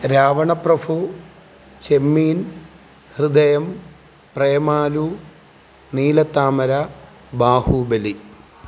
Ravanaprabhu Chemmeen Hridayam Premalu Neelathamara Baahubali